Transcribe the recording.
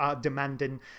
demanding